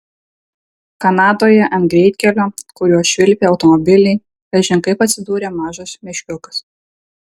kanadoje ant greitkelio kuriuo švilpė automobiliai kažin kaip atsidūrė mažas meškiukas